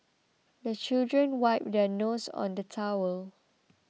the children wipe their noses on the towel